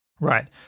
Right